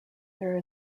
there